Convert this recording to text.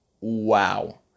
wow